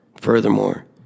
Furthermore